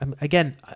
Again